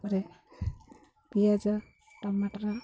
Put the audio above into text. ତା'ପରେ ପିଆଜ ଟମାଟର